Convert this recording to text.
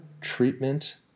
treatment